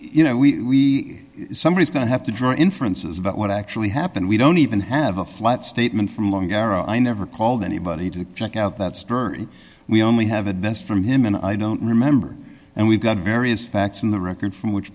you know we somebody is going to have to draw inferences about what actually happened we don't even have a flat statement from long arrow i never called anybody to check out that story we only have it best from him and i don't remember and we've got various facts in the record from which